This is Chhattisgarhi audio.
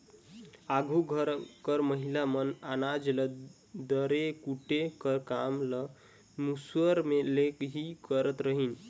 आघु घर कर महिला मन अनाज ल दरे कूटे कर काम ल मूसर ले ही करत रहिन